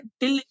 till